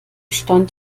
stand